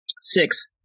Six